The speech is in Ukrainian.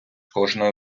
кожної